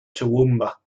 toowoomba